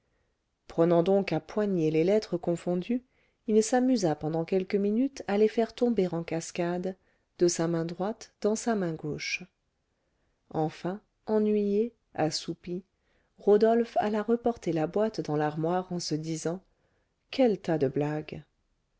prenant donc à poignée les lettres confondues il s'amusa pendant quelques minutes à les faire tomber en cascades de sa main droite dans sa main gauche enfin ennuyé assoupi rodolphe alla reporter la boîte dans l'armoire en se disant quel tas de blagues